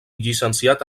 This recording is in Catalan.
llicenciat